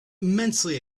immensely